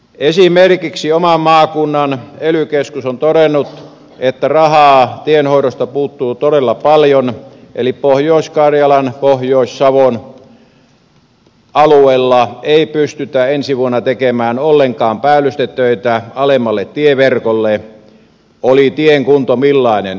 esimerkiksi oman maakuntani ely keskus on todennut että rahaa tienhoidosta puuttuu todella paljon eli pohjois karjalan pohjois savon alueella ei pystytä ensi vuonna tekemään ollenkaan päällystetöitä alemmalle tieverkolle oli tien kunto millainen tahansa